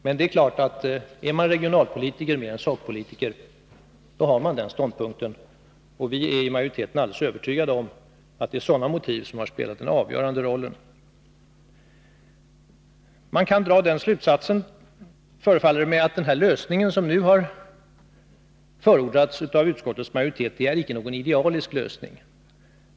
Men det är klart att om man är regionalpolitiker mer än sakpolitiker har man den ståndpunkten. Vi är i majoriteten alldeles övertygade om att det är sådana motiv som har spelat den avgörande rollen. Man kan dra den slutsatsen, förefaller det mig, att den lösning som nu har förordats av utskottets majoritet icke är idealisk.